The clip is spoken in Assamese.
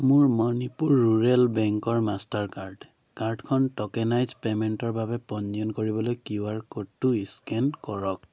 মোৰ মণিপুৰ ৰুৰেল বেংকৰ মাষ্টাৰ কাৰ্ড কাৰ্ডখন ট'কেনাইজ্ড পে'মেণ্টৰ বাবে পঞ্জীয়ন কৰিবলৈ কিউ আৰ ক'ডটো স্কেন কৰক